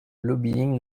lobbying